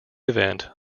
event